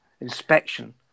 inspection